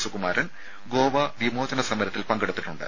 സുകുമാരൻ ഗോവ വിമോചന സമരത്തിൽ പങ്കെടുത്തിട്ടുണ്ട്